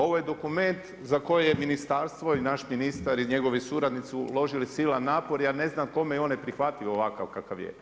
Ovo je dokument za koje je ministarstvo i naš ministar i njegovi suradnici uložili silan napor, ja ne znam kome je on neprihvatljiv ovakav kakav je.